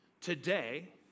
today